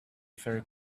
very